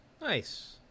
nice